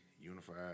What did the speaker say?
unified